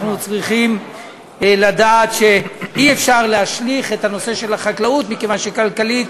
אנחנו צריכים לדעת שאי-אפשר להשליך את הנושא של החקלאות מכיוון שכלכלית